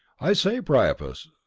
i say, priapus,